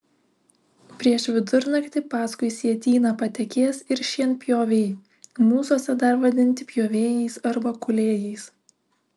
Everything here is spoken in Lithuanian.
prieš vidurnaktį paskui sietyną patekės ir šienpjoviai mūsuose dar vadinti pjovėjais arba kūlėjais